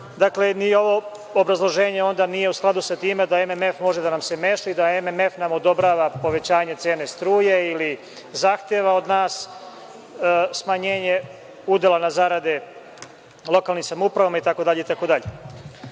dakle ni ovo obrazloženje onda nije u skladu sa tim da MMF može da nam se meša i da nam MMF odobrava povećanje cene struje ili zahteva od nas smanjenje udela na zarade lokalnim samoupravama itd,